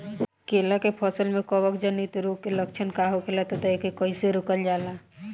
केला के फसल में कवक जनित रोग के लक्षण का होखेला तथा एके कइसे रोकल जाला?